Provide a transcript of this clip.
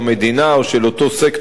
או של אותו סקטור באוכלוסייה,